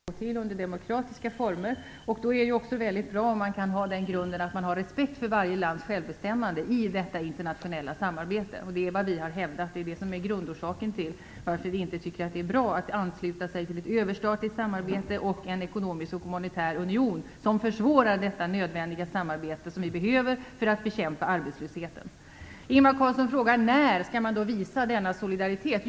Herr talman! Enligt vad jag kan förstå är vi överens om att vi behöver internationellt samarbete och att det skall ske i demokratiska former. Det är också bra om man i detta internationella samarbete kan ha som grund att man skall ha respekt för varje lands självbestämmande. Det är vad vi har hävdat. Det är grundorsaken till att vi inte tycker att det är bra att ansluta sig till ett överstatligt samarbete och en ekonomisk och monetär union som försvårar det samarbete som vi behöver för att bekämpa arbetslösheten. Ingvar Carlsson frågade när man då skall visa denna solidaritet.